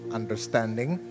understanding